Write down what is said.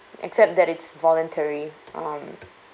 except that it's voluntary uh